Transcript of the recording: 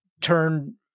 turn